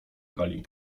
hali